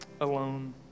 alone